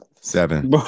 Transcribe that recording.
seven